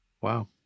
Wow